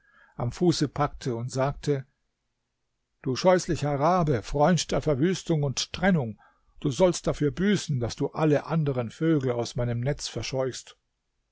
am fuße packte und sagte du scheußlicher rabe freund der verwüstung und trennung du sollst dafür büßen daß du alle anderen vögel aus meinem netz verscheuchst